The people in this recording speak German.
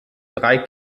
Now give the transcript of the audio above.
drei